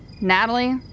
Natalie